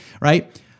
Right